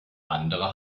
andere